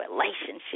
relationship